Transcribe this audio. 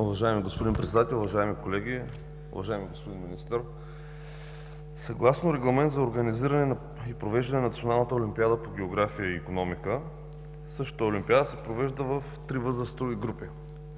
Уважаеми господин Председател, уважаеми колеги! Уважаеми господин Министър, съгласно Регламент за организиране и провеждане на Националната олимпиада по география и икономика, същата олимпиада се провежда в три възрастови групи: